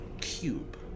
cube